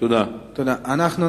לאחר הבהרה,